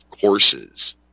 courses